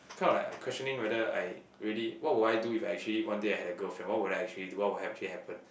kind of like I'm questioning whether I really what would I do if I actually one day had a girlfriend what would I actually what will actually happen